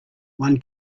one